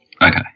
Okay